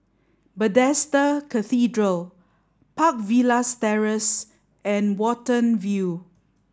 Bethesda Cathedral Park Villas Terrace and Watten View